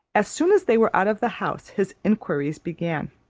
as soon as they were out of the house, his enquiries began.